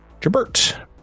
Jabert